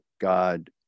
God